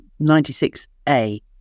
96A